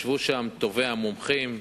ישבו שם טובי המומחים,